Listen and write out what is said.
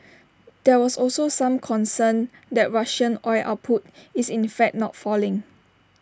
there was also some concern that Russian oil output is in fact not falling